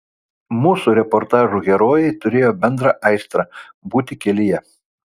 mūsų reportažų herojai turėjo bendrą aistrą būti kelyje